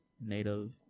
native